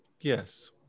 Yes